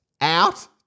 out